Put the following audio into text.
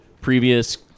previous